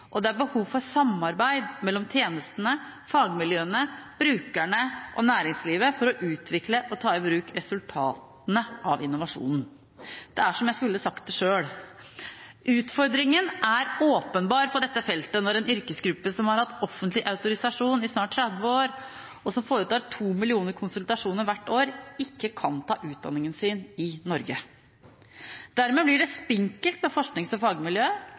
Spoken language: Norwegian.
og det er behov for samarbeid mellom tjenestene, fagmiljøene, brukerne og næringslivet for å utvikle og ta i bruk resultatene av innovasjon.» Det er som jeg skulle sagt det selv. Utfordringen er åpenbar på dette feltet når en yrkesgruppe som har hatt offentlig autorisasjon i snart 30 år, og som foretar 2 millioner konsultasjoner hvert år, ikke kan ta utdanningen sin i Norge. Dermed blir det spinkelt med forsknings- og